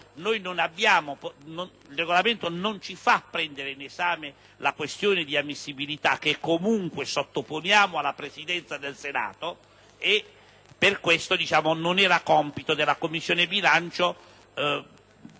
seconda lettura, il Regolamento non ci consente di prendere in esame la questione di ammissibilità che, comunque, sottoponiamo alla Presidenza del Senato. Per questo motivo, non era compito della Commissione bilancio